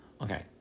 Okay